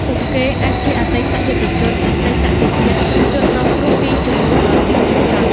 ពួកគេអាចជាអតីតយុទ្ធជន អតីតទាហាន ឬជនរងគ្រោះពីជម្លោះដ៏ល្វីងជូរចត់។